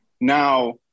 Now